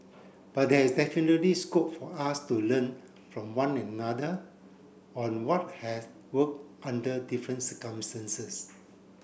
but there is definitely scope for us to learn from one another on what has worked under different circumstances